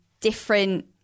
different